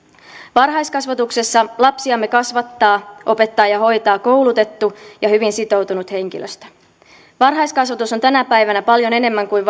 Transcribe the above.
varhaiskasvatuksessa lapsiamme kasvattaa opettaa ja hoitaa koulutettu ja hyvin sitoutunut henkilöstö varhaiskasvatus on tänä päivänä paljon enemmän kuin